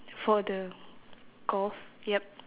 for the golf yup